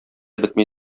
бетми